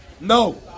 No